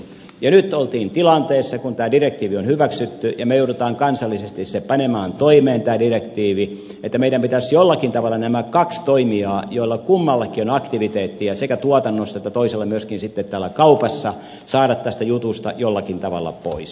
nyt tässä tilanteessa kun tämä direktiivi on hyväksytty ja me joudumme kansallisesti tämän direktiivin panemaan toimeen meidän pitäisi nämä kaksi toimijaa joilla kummallakin on aktiviteettia sekä tuotannossa että toisella myöskin täällä kaupassa saada tästä jutusta jollakin tavalla pois